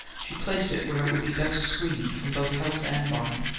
she placed it where it would be best screened from both house and barn.